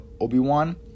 Obi-Wan